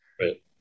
Right